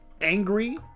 Angry